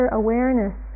awareness